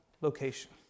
location